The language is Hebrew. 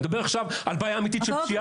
אני מדבר עכשיו על בעיה אמיתית של פגיעה.